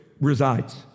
resides